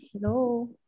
Hello